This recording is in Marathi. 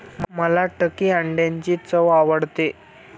मला टर्की अंड्यांची चव आवडते